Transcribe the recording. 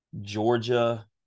Georgia